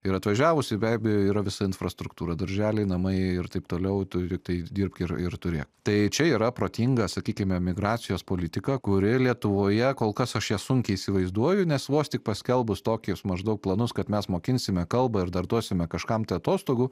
ir atvažiavus be abejo yra visa infrastruktūra darželiai namai ir taip toliau turi tai dirbk ir ir turėk tai čia yra protinga sakykim imigracijos politika kuri lietuvoje kol kas aš ją sunkiai įsivaizduoju nes vos tik paskelbus tokius maždaug planus kad mes mokinsime kalbą ir dar duosime kažkam tai atostogų